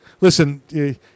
listen